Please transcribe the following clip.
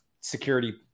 security